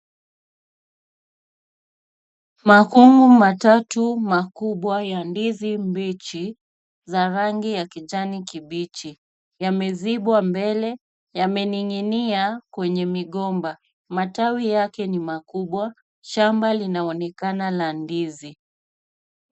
Makungu matatu makubwa ya ndizi mbichi za rangi ya kijani kibichi yamezibwa mbele, yamening'inia kwenye migomba. Matawi yake ni makubwa. Shamba linaonekana la ndizi.